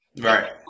right